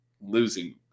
losing